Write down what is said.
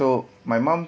so my mum